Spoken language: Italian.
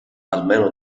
almeno